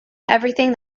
everything